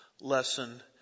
lesson